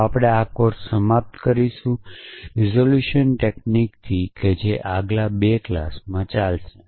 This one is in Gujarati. તો આપણે આ કોર્સ સમાપ્ત કરીશું રીજોલ્યુશન ટૅક્નિકથી કે જે આગલા 2 ક્લાસ માં ચાલશે